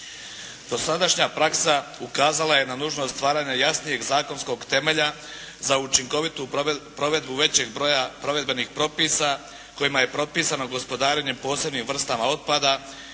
Dosadašnja praksa ukazala je na nužnost stvaranja jasnijeg zakonskog temelja za učinkovitu provedbu većeg broja provedbenih propisa kojima je propisano gospodarenje posebnim vrstama otpada